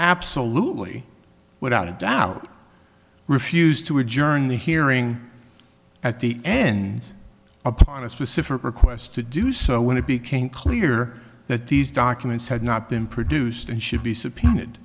absolutely without a doubt refused to adjourn the hearing at the end on a specific request to do so when it became clear that these documents had not been produced and should be subpoenaed